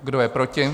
Kdo je proti?